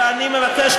ואני מבקש,